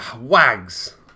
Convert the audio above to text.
wags